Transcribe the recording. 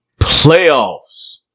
Playoffs